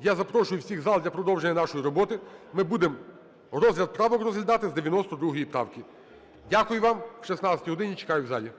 я запрошую всіх в зал для продовження нашої роботи. Ми будемо розгляд правок розглядати з 92 правки. Дякую вам. О 16 годині чекаю в залі.